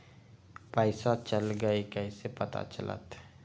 पैसा चल गयी कैसे पता चलत?